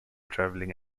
travelling